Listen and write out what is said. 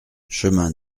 chemin